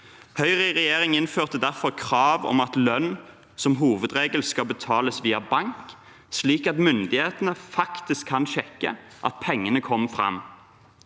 Høyre i regjering innførte derfor krav om at lønn som hovedregel skal betales via bank, slik at myndighetene faktisk kan sjekke at pengene kommer fram.